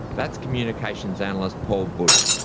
that's communications analyst paul budde.